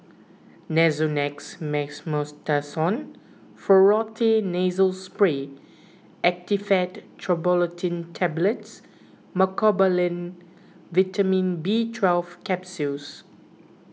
Nasonex Mometasone Furoate Nasal Spray Actifed Triprolidine Tablets Mecobalamin Vitamin B Twelve Capsules